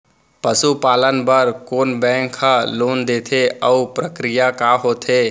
पसु पालन बर कोन बैंक ह लोन देथे अऊ प्रक्रिया का होथे?